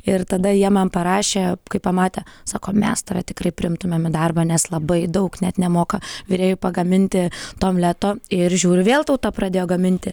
ir tada jie man parašė kai pamatė sako mes tave tikrai priimtumėm į darbą nes labai daug net nemoka virėjų pagaminti to omleto ir žiūriu vėl tauta pradėjo gaminti